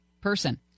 person